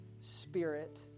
spirit